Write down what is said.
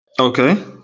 Okay